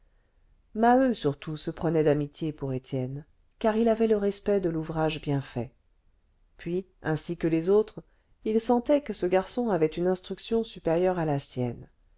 maheu surtout se prenait d'amitié pour étienne car il avait le respect de l'ouvrage bien fait puis ainsi que les autres il sentait que ce garçon avait une instruction supérieure à la sienne